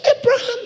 Abraham